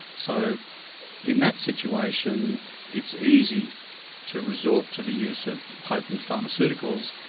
so in that situation it's easy to resort to the use of potent pharmaceuticals,